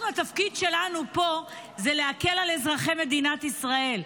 התפקיד שלנו פה הוא להקל על אזרחי מדינת ישראל,